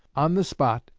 on the spot,